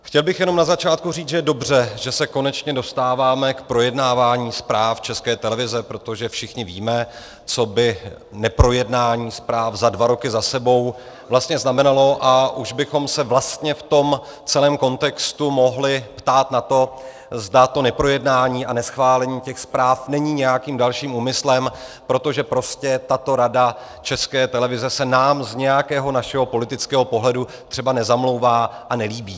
Chtěl bych jenom na začátku říct, že je dobře, že se konečně dostáváme k projednávání zpráv České televize, protože všichni víme, co by neprojednání zpráv za dva roky za sebou vlastně znamenalo, a už bychom se vlastně v tom celém kontextu mohli ptát na to, zda to neprojednání a neschválení zpráv není nějakým dalším úmyslem, protože prostě tato Rada České televize se nám z nějakého našeho politického pohledu třeba nezamlouvá a nelíbí.